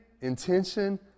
intention